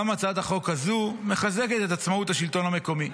גם הצעת החוק הזו מחזקת את עצמאות השלטון המקומי,